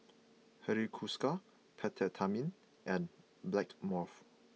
Hiruscar Peptamen and Blackmores